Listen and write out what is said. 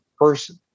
person